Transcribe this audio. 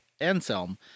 Anselm